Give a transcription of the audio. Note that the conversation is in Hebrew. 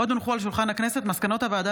עוד הונחו על שולחן הכנסת מסקנות הוועדה